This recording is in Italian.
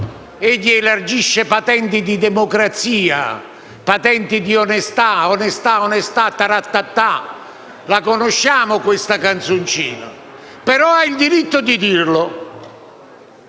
Egli elargisce patenti di democrazia, di onestà: «onestà, onestà, ta-ra-ta-tà» - conosciamo questa canzoncina - ma ha diritto di farlo,